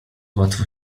łatwo